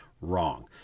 Wrong